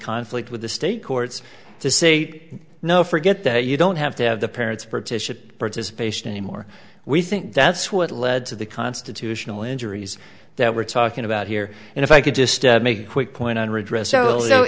conflict with the state courts to say no forget that you don't have to have the parents power to ship participation anymore we think that's what led to the constitutional injuries that we're talking about here and if i could just make quick point on